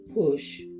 push